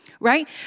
right